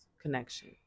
connection